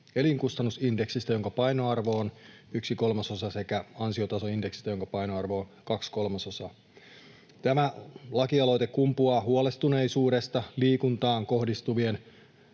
elinkustannusindeksistä, jonka painoarvo on yksi kolmasosa, sekä ansiotasoindeksistä, jonka painoarvo on kaksi kolmasosaa. Tämä lakialoite kumpuaa huolestuneisuudesta liikuntaan kohdistuvien